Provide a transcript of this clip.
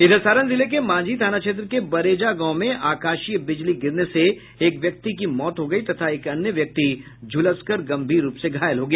इधर सारण जिले के मांझी थाना क्षेत्र के बरेजा गांव में आकाशीय बिजली गिरने से एक व्यक्ति की मौत हो गई तथा एक अन्य व्यक्ति झुलस कर गंभीर रूप से घायल हो गया